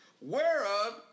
whereof